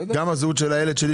--- גם מספר הזהות של הילד שלי,